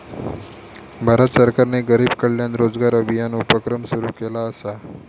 भारत सरकारने गरीब कल्याण रोजगार अभियान उपक्रम सुरू केला असा